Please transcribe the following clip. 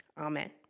amen